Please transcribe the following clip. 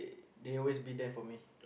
they always be there for me